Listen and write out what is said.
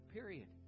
Period